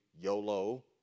YOLO